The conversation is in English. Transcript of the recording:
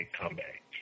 comeback